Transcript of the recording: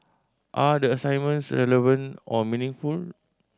are the assignments relevant or meaningful